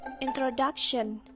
Introduction